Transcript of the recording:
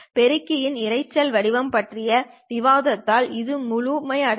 பெருக்கியின் இரைச்சலின் வடிவம் பற்றிய விவாததால் இது முழுமை அடையும்